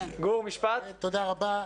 תודה רבה.